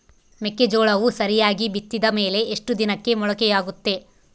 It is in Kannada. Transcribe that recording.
ಮೆಕ್ಕೆಜೋಳವು ಸರಿಯಾಗಿ ಬಿತ್ತಿದ ಮೇಲೆ ಎಷ್ಟು ದಿನಕ್ಕೆ ಮೊಳಕೆಯಾಗುತ್ತೆ?